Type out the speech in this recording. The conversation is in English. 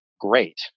great